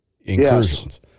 incursions